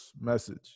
message